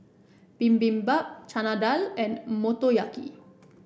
Bibimbap Chana Dal and Motoyaki